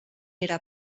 era